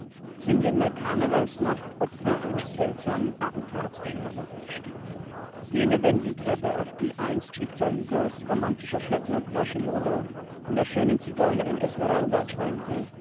sind in der karnevalsnacht opfer eines seltsamen attentats geworden jene wendeltreppe auf der einst viktor hugos romantischer glöckner quasimodo von der schönen zigeunerin esmeralda träumte